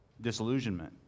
disillusionment